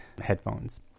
headphones